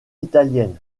italiennes